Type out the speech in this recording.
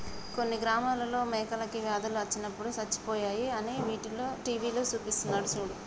కొన్ని గ్రామాలలో మేకలకి వ్యాధులు అచ్చి సచ్చిపోయాయి అని టీవీలో సూపిస్తున్నారు సూడు